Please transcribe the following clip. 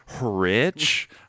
rich